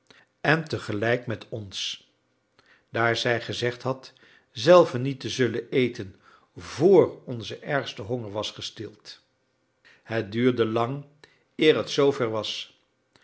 en te gelijk met ons daar zij gezegd had zelve niet te zullen eten vr onze ergste honger was gestild het duurde lang eer het zoover was